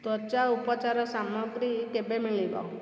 ତ୍ଵଚା ଉପଚାର ସାମଗ୍ରୀ କେବେ ମିଳିବ